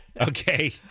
Okay